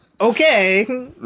Okay